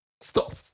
stop